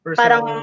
parang